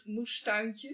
Moestuintje